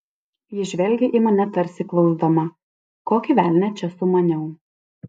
ji žvelgė į mane tarsi klausdama kokį velnią čia sumaniau